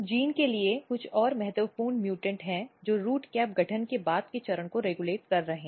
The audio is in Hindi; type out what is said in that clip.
जीन के लिए कुछ और महत्वपूर्ण म्यूटेंट हैं जो रूट कैप गठन के बाद के चरण को रेगुलेट कर रहे हैं